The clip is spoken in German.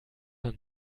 man